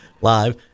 live